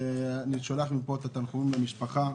אני שולח מפה תנחומים למשפחה.